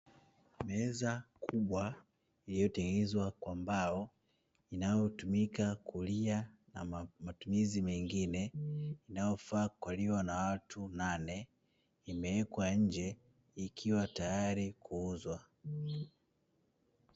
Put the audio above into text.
Meza kubwa iliyotengenezwa kwa mbao, inayotumika kulia na matumizi mengine inayofaa kukaliwa na watu nane imewekwa nje ikiwa tayari kuuzwa.